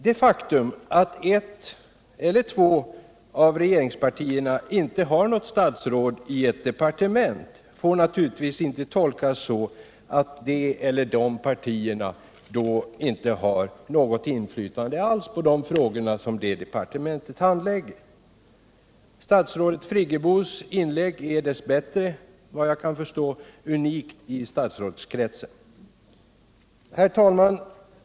Det faktum att ett eller två av regeringspartierna inte har något statsråd i ett departement får naturligtvis inte tolkas så att det eller de partierna inte har något inflytande alls på de frågor som detta departement handlägger. Statsrådei Friggebos inlägg är dess bättre såvitt jag kan förstå unikt i statsrådskretsen. Herr talman!